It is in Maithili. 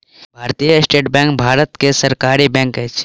भारतीय स्टेट बैंक भारत के सरकारी बैंक अछि